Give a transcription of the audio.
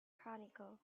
chronicle